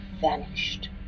vanished